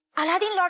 aladdin